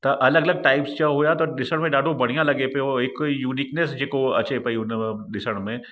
त अलॻि अलॻि टाइप्स जा हुआ त ॾिसण में ॾाढो बढ़िया लॻे पियो हिकु यूनीकनेस जे को अचे पेई हुन ॾिसण में